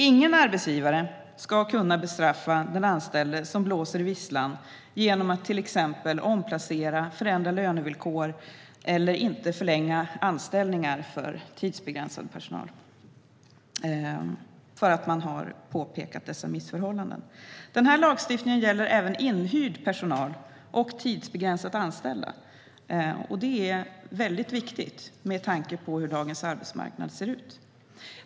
Ingen arbetsgivare ska kunna bestraffa den anställda som blåser i visslan genom att till exempel omplacera, förändra lönevillkor eller inte förlänga tidsbegränsade anställningar därför att man har påpekat missförhållanden. Lagstiftningen gäller även inhyrd personal och tidsbegränsat anställda, och det är väldigt viktigt med tanke på hur dagens arbetsmarknad ser ut.